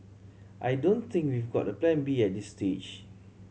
I don't think we've got a Plan B at this stage